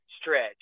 stretch